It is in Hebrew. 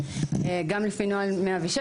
גם לפי נוהל 106,